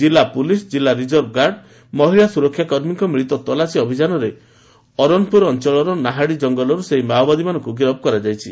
ଜିଲ୍ଲା ପୁଲିସ୍ ଜିଲ୍ଲା reserve guard ମହିଳା ସୁରକ୍ଷା କର୍ମୀଙ୍କ ମିଳିତ ତଲାସୀ ଅଭିଯାନରେ ଅରନପୁର ଅଞ୍ଚଳର ନାହାଡି କଙ୍ଗଲରୁ ସେହି ମାଓବାଦୀମାନଙ୍କୁ ଗିରଫ କରାଯାଇଛି